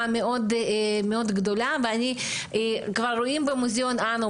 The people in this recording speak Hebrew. מאוד גדולה ואני כבר רואים במוזיאון אנו,